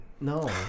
No